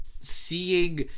seeing